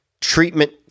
Treatment